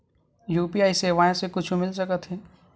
UPI सेवाएं से कुछु मिल सकत हे?